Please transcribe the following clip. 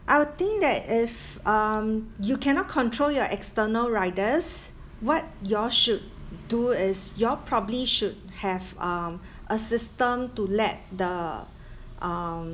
I would think that if um you cannot control your external riders what you all should do is you all probably should have um a system to let the um